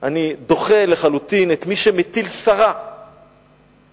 אני דוחה לחלוטין את מי שמטיל סרה באיש.